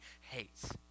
hates